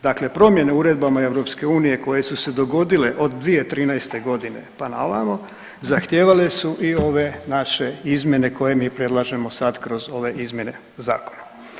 Dakle, promjene uredbama EU koje su se dogodile od 2013. godine pa na ovamo zahtijevale su i ove naše izmjene koje mi predlažemo sad kroz ove izmjene zakona.